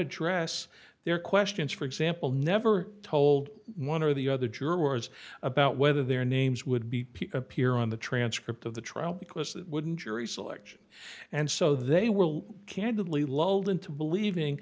address their questions for example never told one or the other jurors about whether their names would be appear on the transcript of the trial because that wouldn't jury selection and so they will candidly lulled into believing